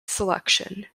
selection